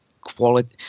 quality